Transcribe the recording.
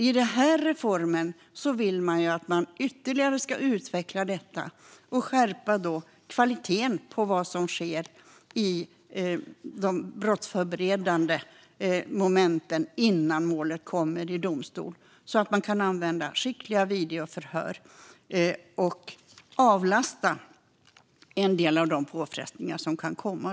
I den här reformen vill man att man ytterligare ska utveckla detta och öka kvaliteten i vad som sker i de förberedande momenten innan målet kommer till domstol så att man kan använda skickligt genomförda videoförhör och därmed avlasta en del av de påfrestningar som kan komma.